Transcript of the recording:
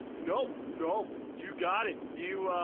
nope. nope you got it. you ah,